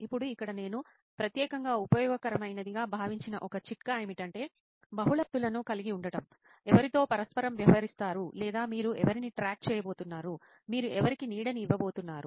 ఇప్పుడు ఇక్కడ నేను ప్రత్యేకంగా ఉపయోగకరమైనదిగా భావించిన ఒక చిట్కా ఏమిటంటే బహుళ వ్యక్తులను కలిగి ఉండటం ఎవరితో పరస్పరం వ్యవహరిస్తారు లేదా మీరు ఎవరిని ట్రాక్ చేయబోతున్నారు మీరు ఎవరికి నీడని ఇవ్వబోతున్నారు